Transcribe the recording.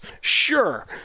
Sure